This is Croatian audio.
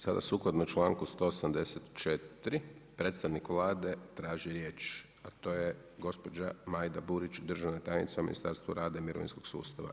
Sada sukladno članku 184. predstavnik Vlade traži riječ a to je gospođa Majda Burić, državna tajnica u Ministarstvu rada i mirovinskog sustava.